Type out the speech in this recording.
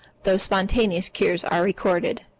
though spontaneous cures are recorded.